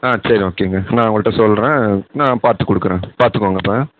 ஆ சரி ஓகேங்க நான் அவங்கள்கிட்ட சொல்கிறேன் நான் பார்த்து கொடுக்கறேன் பார்த்துக்கோங்க இப்போ